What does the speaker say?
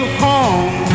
home